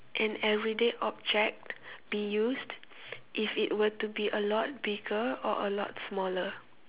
an everyday object be used if it were to be a lot bigger or a lot smaller